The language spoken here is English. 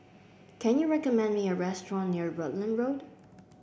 can you recommend me a restaurant near Rutland Road